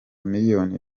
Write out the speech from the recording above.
miliyoni